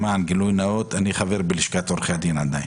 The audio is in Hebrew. למען הגילוי הנאות אגיד שאני עדיין חבר בלשכת עורכי הדין,